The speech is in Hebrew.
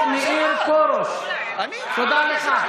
תודה לך.